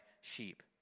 sheep